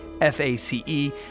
F-A-C-E